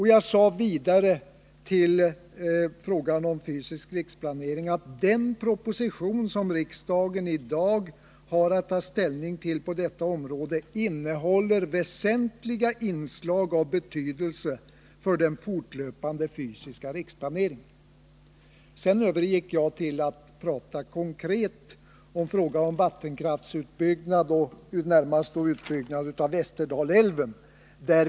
Beträffande frågan om fysisk riksplanering yttrade jag följande: ”Den proposition som riksdagen i dag har att ta ställning till på detta område innehåller väsentliga inslag av betydelse för den fortlöpande fysiska riksplaneringen.” Sedan övergick jag till att tala konkret om frågan om vattenkraftsutbyggnaden, närmast utbyggnaden av Västerdalälven.